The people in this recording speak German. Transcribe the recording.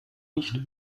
nicht